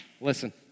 listen